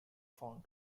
found